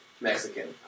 Mexican